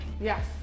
Yes